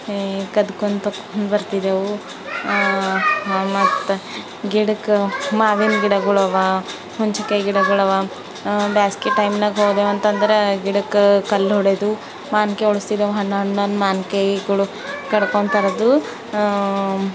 ಕದ್ಕೊಂಡು ತೊಗೊಂಡು ಬರ್ತಿದ್ದೆವು ಮತ್ತೆ ಗಿಡಕ್ಕೆ ಮಾವಿನ ಗಿಡಗಳವ ಹುಂಚಿಕಾಯಿ ಗಿಡಗಳವ ಬ್ಯಾಸ್ಕಿ ಟೈಮ್ನಾಗ ಹೋದೆವು ಅಂತಂದ್ರೆ ಗಿಡಕ್ಕೆ ಕಲ್ಲು ಹೊಡೆದು ಮಾವಿನ್ಕಾಯಿ ಉಳಿಸಿದೆವು ಹಣ್ಣು ಹಣ್ಣಂದು ಮಾವಿನ್ಕಾಯ್ಗಳು ಕರ್ಕೊಂಡು ಕರೆದು